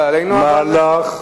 מוביל מהלך